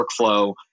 workflow